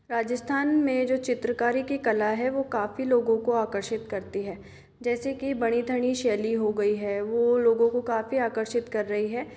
राजस्थान में जो चित्रकारी की कला है वो काफ़ी लोगों को आकर्षित करती है जैसे कि बनी ठनी शैली हो गई है वो लोगों को काफ़ी आकर्षित कर रही है